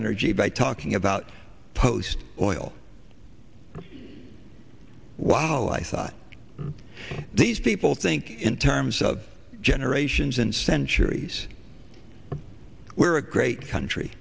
energy by talking about post oil while i thought these people think in terms of generations and centuries were a great country